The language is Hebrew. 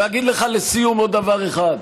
ואגיד לך, לסיום, עוד דבר אחד: